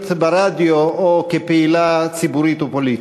ברדיו או כפעילה ציבורית ופוליטית.